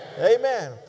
Amen